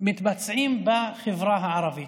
מתבצעים בחברה הערבית.